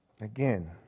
Again